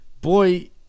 Boy